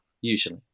usually